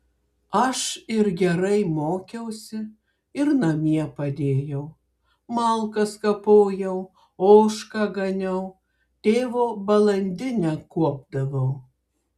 aš ir gerai mokiausi ir namie padėjau malkas kapojau ožką ganiau tėvo balandinę kuopdavau